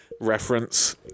reference